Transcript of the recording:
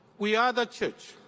we are the church,